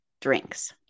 drinks